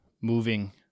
moving